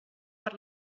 per